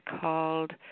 called